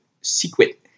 secret